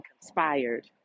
conspired